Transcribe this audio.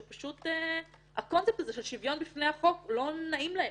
פשוט הקונספט הזה של שוויון בפני החוק לא נעים להם,